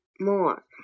more